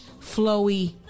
flowy